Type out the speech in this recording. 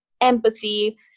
empathy